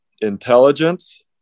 intelligence